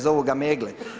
Zovu ga Megle.